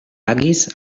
agis